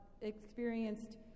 experienced